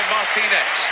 Martinez